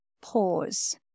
Pause